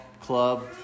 club